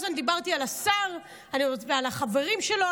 אני כל הזמן דיברתי על השר ועל החברים שלו.